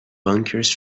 bunkers